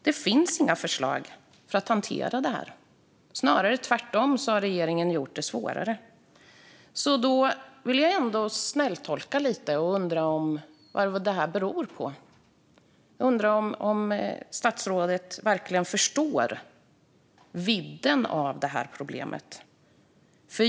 Det finns inga förslag för att hantera detta. Det är snarare tvärtom, att regeringen har gjort det svårare. Då vill jag ändå snälltolka lite grann och undrar vad detta beror på. Jag undrar om statsrådet verkligen förstår vidden av detta problem.